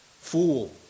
fool